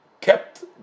kept